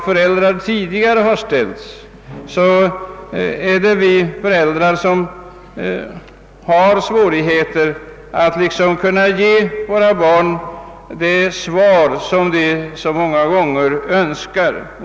föräldrar numera ställs inför helt nya frågor och har svårt att ge barnen de råd som .de är i behov av.